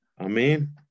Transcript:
Amen